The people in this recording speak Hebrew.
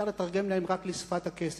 אפשר לתרגם להם רק לשפת הכסף.